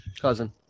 Cousin